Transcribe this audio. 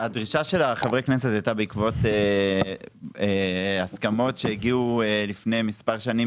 הדרישה של חברי הכנסת הייתה בעקבות הסכמות שהגיעו לפני מספר שנים